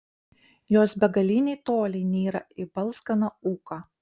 jos begaliniai toliai nyra į balzganą ūką